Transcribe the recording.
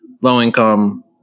low-income